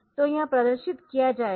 तो यह प्रदर्शित किया जाएगा